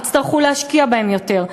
יצטרכו להשקיע בהם יותר.